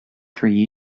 three